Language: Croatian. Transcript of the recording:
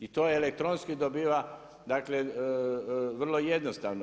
I to elektronski dobiva, dakle vrlo jednostavno.